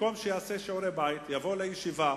במקום שיעשה שיעורי-בית, יבוא לישיבה